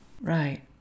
Right